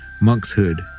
monkshood